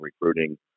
recruiting